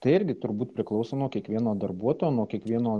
tai irgi turbūt priklauso nuo kiekvieno darbuotojo nuo kiekvieno